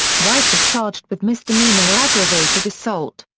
white was charged with misdemeanor aggravated assault.